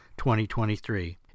2023